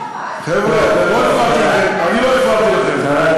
חבר'ה, לא הפרעתי לכם, אני לא הפרעתי לכם.